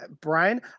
Brian